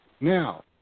Now